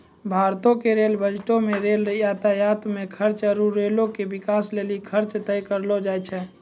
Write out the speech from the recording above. भारतो के रेल बजटो मे रेल यातायात मे खर्चा आरु रेलो के बिकास लेली खर्चा तय करलो जाय छै